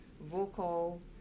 vocal